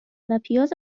وپیاز